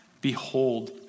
Behold